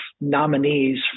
nominees